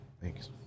thanks